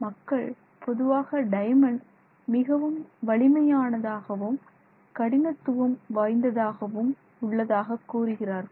மக்கள் பொதுவாக டைமண்ட் மிகவும் வலிமையானதாகவும் கடினத்துவம் வாய்ந்ததாகவும் உள்ளதாக கூறுகிறார்கள்